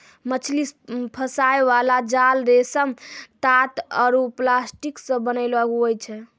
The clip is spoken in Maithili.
मछली फसाय बाला जाल रेशम, तात आरु प्लास्टिक से बनैलो हुवै छै